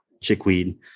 chickweed